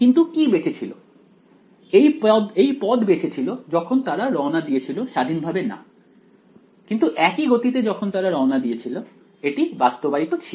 কিন্তু কি বেঁচে ছিল এই পদ বেঁচে ছিল যখন তারা রওনা দিয়েছিল স্বাধীনভাবে না কিন্তু একই গতিতে যখন তারা রওনা দিয়েছিল এটি বাস্তবায়িত ছিল